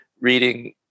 reading